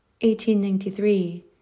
1893